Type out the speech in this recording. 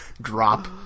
Drop